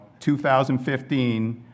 2015